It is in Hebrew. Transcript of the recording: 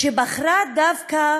שבחרה דווקא